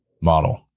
model